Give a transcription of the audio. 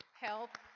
Help